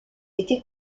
été